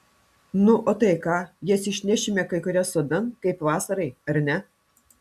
nu o tai ką jas išnešime kai kurias sodan kaip vasarai ar ne